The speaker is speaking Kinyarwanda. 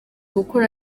gukora